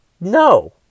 no